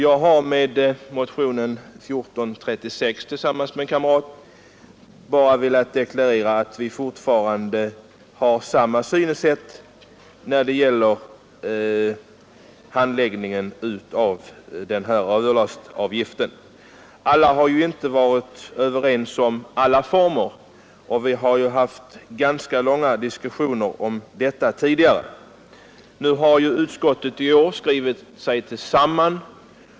Med motionen 1436 har jag tillsammans med en kamrat velat deklarera att vi fortfarande har samma synsätt när det gäller handläggningen av överlastavgiften. Enighet har ju inte rått om alla bestämmelser i lagen, och vi har haft ganska långa diskussioner om detta tidigare. I år har utskottet skrivit sig samman.